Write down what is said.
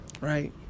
right